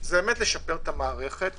לשפר את המערכת